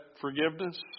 forgiveness